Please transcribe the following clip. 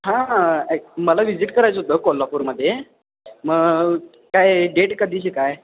हा मला विजिट करायचं होतं कोल्हापूरमध्ये मग काय डेट कधीची काय